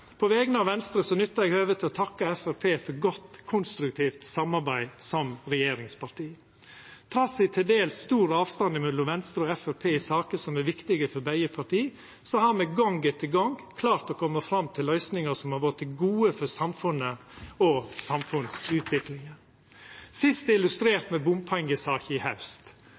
På vegner av Venstre nyttar eg høvet til å takka Framstegspartiet for eit godt, konstruktivt samarbeid som regjeringsparti. Trass i til dels stor avstand mellom Venstre og Framstegspartiet i saker som er viktige for begge parti, har me gong etter gong klart å koma fram til løysingar som har vore til det gode for samfunnet og samfunnsutviklinga – sist illustrert ved bompengesaka i haust.